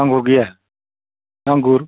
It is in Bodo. आंगुर गैया आंगुर